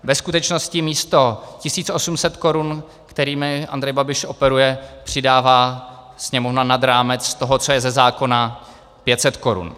Ve skutečnosti místo 1 800 korun, kterými Andrej Babiš operuje, přidává Sněmovna nad rámec toho, co je ze zákona, 500 korun.